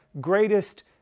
greatest